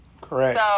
Correct